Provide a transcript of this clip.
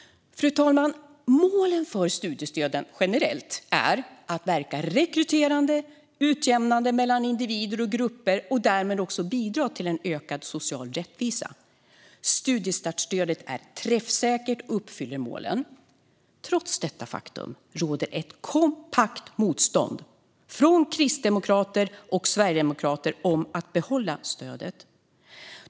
Fru talman! De generella målen för studiestöden är att verka rekryterande och utjämnande mellan individer och grupper och därmed bidra till ökad social rättvisa. Studiestartsstödet är träffsäkert och uppfyller målen. Trots detta faktum råder ett kompakt motstånd från kristdemokrater och sverigedemokrater mot att behålla stödet.